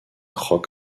rock